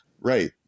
Right